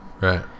Right